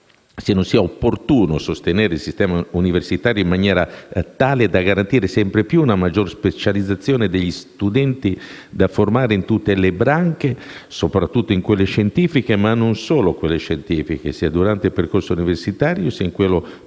se non sia opportuno sostenere il sistema universitario in maniera tale da garantire sempre più una maggiore specializzazione degli studenti da formare in tutte le branche, soprattutto in quelle scientifiche ma non solo, sia durante il percorso universitario sia in quello